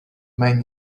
man